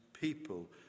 people